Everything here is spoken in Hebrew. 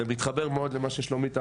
וזה מתחבר למה ששלומית אמרה,